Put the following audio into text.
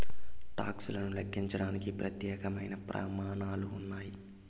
talks లను లెక్కించడానికి ప్రత్యేకమైన ప్రమాణాలు ఉన్నాయి